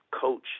coach